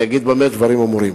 אני אגיד במה דברים אמורים.